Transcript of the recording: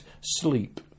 sleep